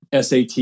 SAT